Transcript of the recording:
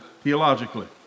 theologically